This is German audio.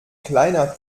kleiner